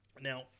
Now